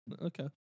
Okay